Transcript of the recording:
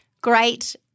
great